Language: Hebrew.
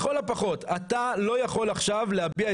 אני יכול להצביע.